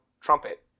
trumpet